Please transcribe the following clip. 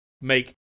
make